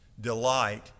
delight